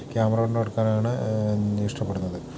camera കൊണ്ടെടുക്കാനാണ് ഇഷ്ടപ്പെടുന്നത്